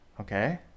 Okay